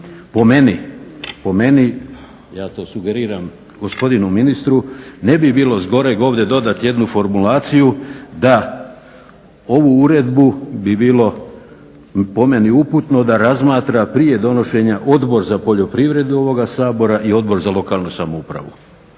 po meni. Ja to sugeriram gospodinu ministru. Ne bi bilo zgoreg ovdje dodat jednu formulaciju da ovu uredbu bi bilo po meni uputno da razmatra prije donošenja Odbor za poljoprivredu ovoga Sabora i Odbor za lokalnu samoupravu.